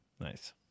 Nice